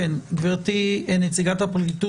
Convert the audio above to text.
גברתי נציגת הפרקליטות,